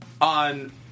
on